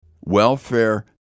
welfare